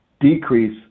decrease